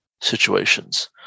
situations